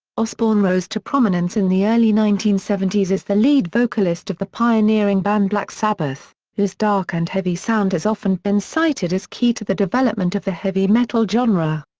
osbourne rose to prominence in the early nineteen seventy s as the lead vocalist of the pioneering band black sabbath, whose dark and heavy sound has often been cited as key to the development of the heavy metal genre.